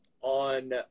on